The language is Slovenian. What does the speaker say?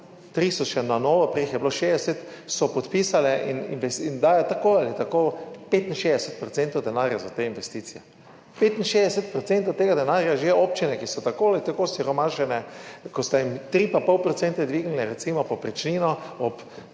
tri so še na novo, prej jih je bilo 60, so podpisale in dajo tako ali tako 65 % denarja za te investicije. 65 % tega denarja že občine, ki so tako ali tako osiromašene, ko ste jim za 3,5 % dvignili, recimo, povprečnino v